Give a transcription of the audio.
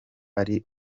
ari